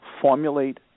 formulate